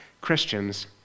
Christians